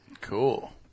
Cool